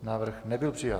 Návrh nebyl přijat.